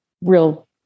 real